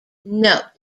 note